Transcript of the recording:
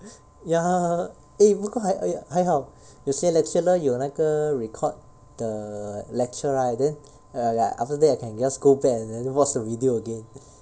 ya eh 不过还还还好有些 lecturer 有那个 record the lecture right then err like after that I can just go back and watch the video again